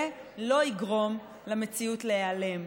זה לא יגרום למציאות להיעלם.